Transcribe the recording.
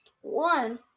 one